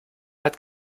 hat